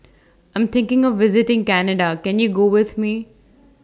I Am thinking of visiting Canada Can YOU Go with Me